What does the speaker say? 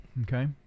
Okay